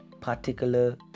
particular